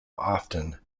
often